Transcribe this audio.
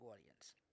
audience